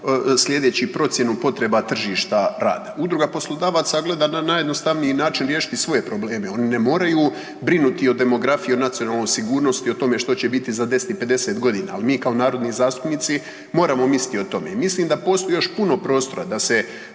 slijedeći procjenu potreba tržišta rada. Udruga poslodavaca gleda na najjednostavniji način riješiti svoje probleme, oni ne moraju brinuti o demografiji i o nacionalnoj sigurnosti, o tome što će biti za 10 i 50.g., al mi kao narodni zastupnici moramo misliti o tome. Mislim da postoji još puno prostora da se